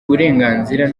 uburenganzira